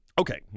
Okay